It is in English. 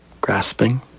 grasping